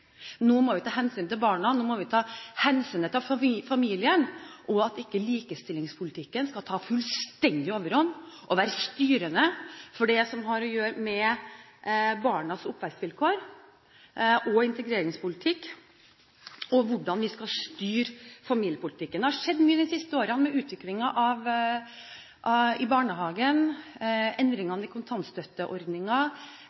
nå må vi ta hensyn til barna, nå må vi ta hensyn til familien, og at likestillingspolitikken ikke må ta fullstendig overhånd og være styrende for det som har å gjøre med barns oppvekstvilkår og integreringspolitikk, og hvordan vi skal legge opp familiepolitikken. Det har skjedd mye de siste årene med utviklingen i barnehagen,